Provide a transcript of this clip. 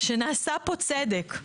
שנעשה פה צדק.